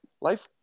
life